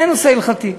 אין נושא הלכתי.